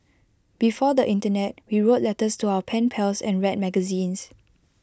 before the Internet we wrote letters to our pen pals and read magazines